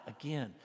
again